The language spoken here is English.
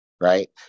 right